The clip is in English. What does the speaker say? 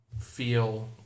feel